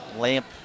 Lamp